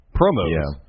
promos